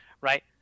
right